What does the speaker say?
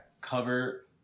cover